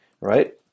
right